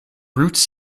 roots